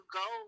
go